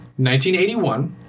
1981